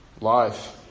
life